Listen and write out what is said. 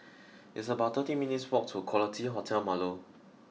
it's about thirteen minutes' walk to Quality Hotel Marlow